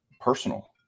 personal